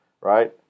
right